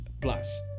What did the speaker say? plus